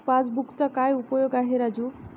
पासबुकचा काय उपयोग आहे राजू?